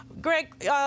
Greg